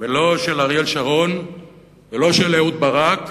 לא של אריאל שלום ולא של אהוד ברק,